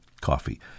coffee